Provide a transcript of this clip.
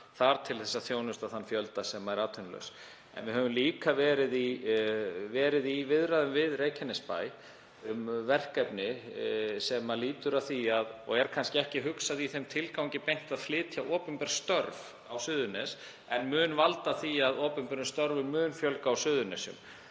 þar, til að þjónusta þann fjölda sem er atvinnulaus. En við höfum líka verið í viðræðum við Reykjanesbæ um verkefni sem er kannski ekki hugsað í þeim tilgangi beint að flytja opinber störf á Suðurnes en mun valda því að opinberum störfum mun fjölga á Suðurnesjum.